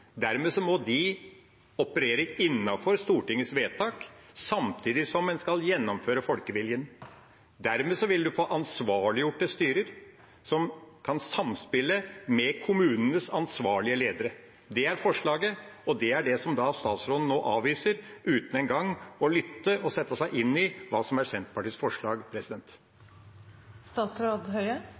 Dermed må de operere innenfor Stortingets vedtak, samtidig som de skal gjennomføre folkeviljen. Dermed vil en få ansvarliggjorte styrer som kan samspille med kommunenes ansvarlige ledere. Det er forslaget, og det er det statsråden nå avviser uten engang å lytte og sette seg inn i hva som er Senterpartiets forslag.